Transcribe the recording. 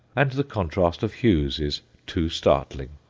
and the contrast of hues is too startling.